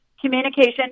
communication